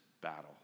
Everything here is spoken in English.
battle